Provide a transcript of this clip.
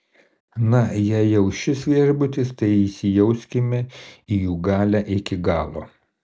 na jei jau šis viešbutis tai įsijauskime į jų galią iki galo